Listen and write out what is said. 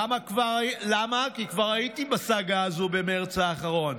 למה כבר הייתי בסאגה הזו במרץ האחרון,